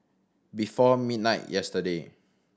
before midnight yesterday